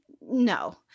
No